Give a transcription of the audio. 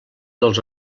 dels